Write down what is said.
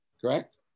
correct